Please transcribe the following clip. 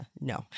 No